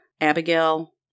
Abigail